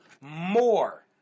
more